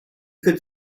could